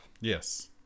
yes